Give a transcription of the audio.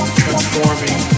transforming